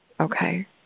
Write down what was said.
Okay